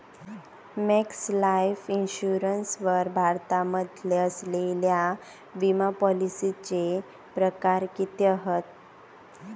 Max Life Insurance वर भारतामध्ये असलेल्या विमापॉलिसीचे प्रकार किती हत?